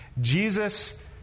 Jesus